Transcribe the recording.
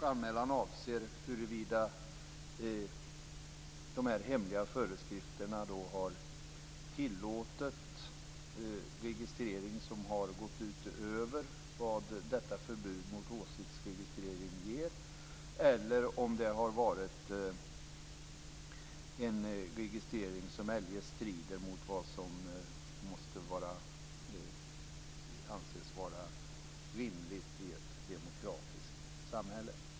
Anmälan avser alltså huruvida dessa hemliga föreskrifter tillåtit en registrering som går ut över vad förbud mot åsiktsregistrering anger eller om det har varit en registrering som eljest strider mot vad som måste anses vara rimligt i ett demokratiskt samhälle.